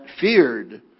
feared